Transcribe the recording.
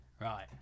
right